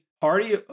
party